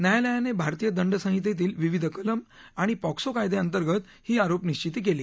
न्यायालयाने भारतीय दंड संहितेतील विविध कलम आणि पॉक्सो कायद्याअंतर्गत ही आरोपनिश्विती केली